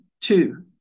two